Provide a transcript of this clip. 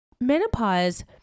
Menopause